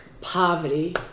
poverty